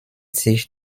sich